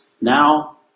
now